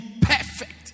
perfect